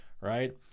Right